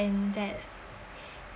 and that